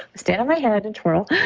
stand on my head and twirl.